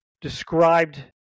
described –